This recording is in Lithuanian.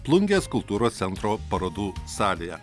plungės kultūros centro parodų salėje